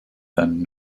then